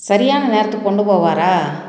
சரியான நேரத்துக்கு கொண்டு போவாரா